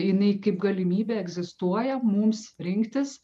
jinai kaip galimybė egzistuoja mums rinktis